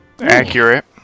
Accurate